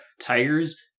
Tiger's